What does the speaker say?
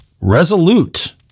Resolute